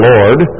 Lord